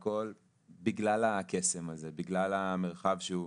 ביתיר ובכל הנושא של הנגב הצפוני.